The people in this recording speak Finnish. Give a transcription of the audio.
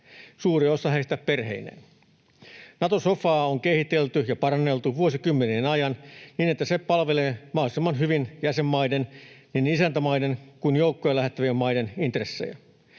suuri osa heistä perheineen. Nato-sofaa on kehitelty ja paranneltu vuosikymmenien ajan niin, että se palvelee mahdollisimman hyvin jäsenmaiden, niin isäntämaiden kuin joukkoja lähettävien maiden, intressejä.